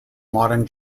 modern